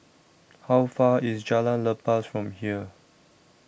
How Far away IS Jalan Lepas from here